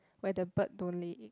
where the bird don't lay egg